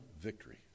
victory